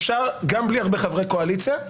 אפשר גם בלי הרבה חברי קואליציה.